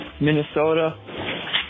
Minnesota